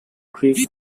creek